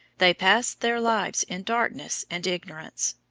they passed their lives in darkness and ignorance,